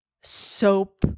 soap